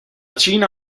cina